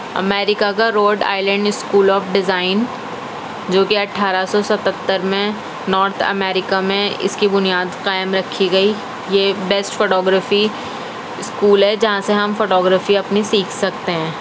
امریکا کا Rhode Island School of Design جو کہ اٹھارہ سو ستھر میں نارتھ امریکا میں اس کی بنیاد قائم رکھی گئی یہ بیسٹ فوٹو گرافی اسکول ہے جہاں سے ہم فوٹو گرافی ہم اپنی سیکھ سکتے ہیں